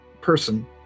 person